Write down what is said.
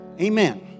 Amen